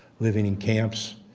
living in camps,